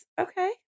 okay